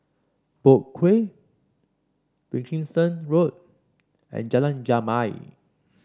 Boat Quay Wilkinson Road and Jalan Jamal